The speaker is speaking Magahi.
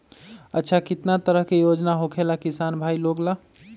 अच्छा कितना तरह के योजना होखेला किसान भाई लोग ला?